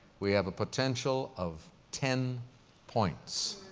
we have a potential of ten points,